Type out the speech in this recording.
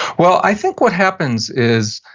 well, i think what happens is,